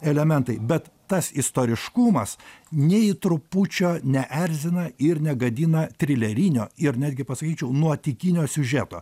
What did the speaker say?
elementai bet tas istoriškumas nei trupučio neerzina ir negadina trilerinio ir netgi pasakyčiau nuotykinio siužeto